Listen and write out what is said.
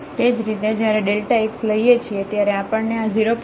તે જ રીતે જ્યારે x લઈએ છીએ ત્યારે આપણને આ 0